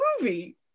movie